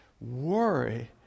Worry